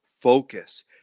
focus